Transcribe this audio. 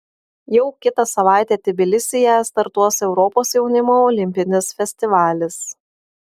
jau kitą savaitę tbilisyje startuos europos jaunimo olimpinis festivalis